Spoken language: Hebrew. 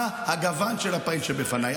מה הגוון של הפעיל שבפניי.